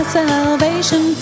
salvation